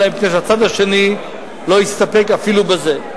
אלא מפני שהצד השני לא הסתפק אפילו בזה.